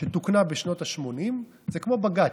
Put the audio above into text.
שתוקנה בשנות השמונים, זה כמו בג"ץ.